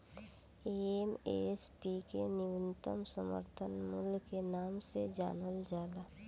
MSP के न्यूनतम समर्थन मूल्य के नाम से जानल जाला